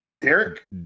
Derek